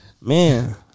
Man